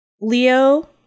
Leo